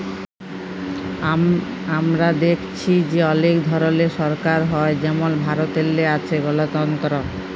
আমরা দ্যাইখছি যে অলেক ধরলের সরকার হ্যয় যেমল ভারতেল্লে আছে গলতল্ত্র